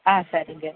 ஆ சரிங்க